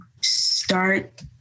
start